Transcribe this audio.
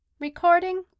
Recording